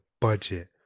budget